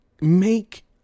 make